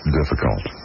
difficult